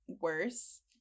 worse